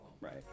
right